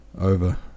over